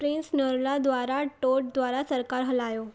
Prince Narula द्वारा टौड द्वारा सरकारु हलायो